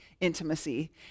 intimacy